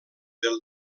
del